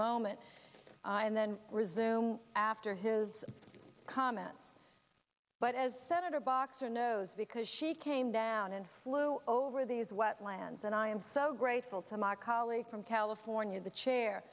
moment and then resume after his comments but as senator boxer knows because she came down and flew over these wetlands and i am so grateful to my colleague from california the chair